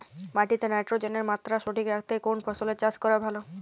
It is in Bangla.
মাটিতে নাইট্রোজেনের মাত্রা সঠিক রাখতে কোন ফসলের চাষ করা ভালো?